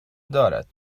دارد